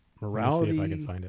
morality